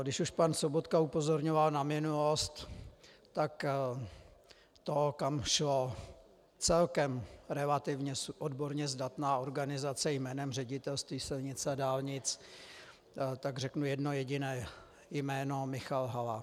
Když už pan Sobotka upozorňoval na minulost, tak to, kam šla celkem relativně odborně zdatná organizace jménem Ředitelství silnic a dálnic, tak řeknu jedno jediné jméno Michal Hala.